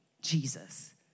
Jesus